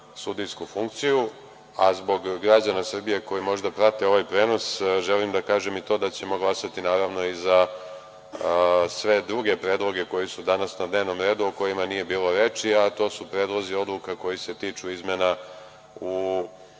sudijsku funkciju, a zbog građana Srbije koji možda prate ovaj prenos, želim da kažem i to da ćemo glasati, naravno, i za sve druge predloge koji su danas na dnevnom redu, a kojima još nije bilo reči, a to je predlozi odluka koji se tiču izmena u